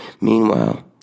Meanwhile